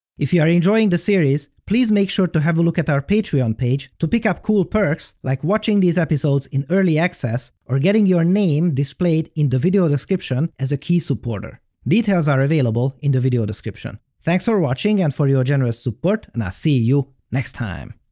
if you are enjoying the series, please make sure to have a look at our patreon page to pick up cool perks, like watching these episodes in early access, or getting your name displayed in the video description as a key supporter. details are available in the video description. thanks for watching and for your generous support, and i'll see you next time!